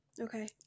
okay